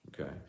okay